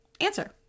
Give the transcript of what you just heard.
answer